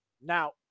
Now